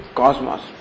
cosmos